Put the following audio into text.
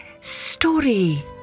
Story